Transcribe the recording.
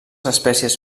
espècies